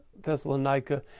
Thessalonica